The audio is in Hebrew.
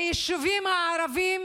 ביישובים הערביים